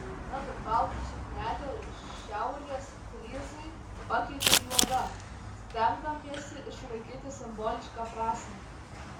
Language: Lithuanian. tad baltą suknelę šiaurės fryzai pakeitė juoda stengdamiesi išlaikyti simbolišką prasmę